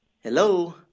Hello